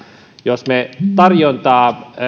jos me tarjontaa